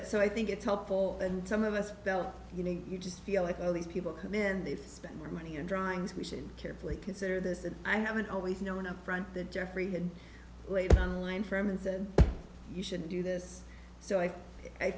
but so i think it's helpful and some of us felt you know you just feel like all these people come in they spend their money and drawings we should carefully consider this and i haven't always known up front that jeffrey had laid down the line for him and said you should do this so i i